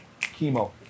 chemo